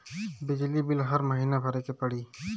बिजली बिल हर महीना भरे के पड़ी?